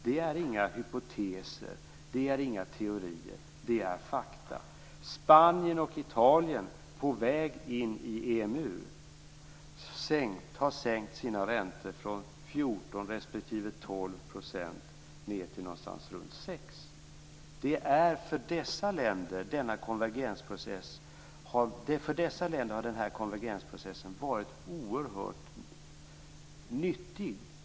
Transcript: Det är inga hypoteser. Det är inga teorier. Det är fakta. Spanien och Italien - på väg in i EMU - har sänkt sina räntor från 14 % respektive 12 % till någonstans runt 6 %. För dessa länder har den här konvergensprocessen varit oerhört nyttig.